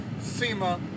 SEMA